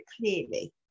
clearly